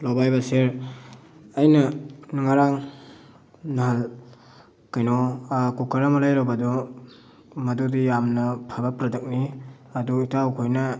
hello ꯚꯥꯏ ꯕꯁꯤꯔ ꯑꯩꯅ ꯉꯔꯥꯡ ꯅꯍꯥꯜ ꯀꯩꯅꯣ ꯀꯨꯀꯔ ꯑꯃ ꯂꯩꯔꯨꯕꯗꯨ ꯃꯗꯨꯗꯤ ꯌꯥꯝꯅ ꯐꯕ ꯄ꯭ꯔꯗꯛꯅꯤ ꯑꯗꯨ ꯏꯇꯥꯎꯈꯣꯏꯅ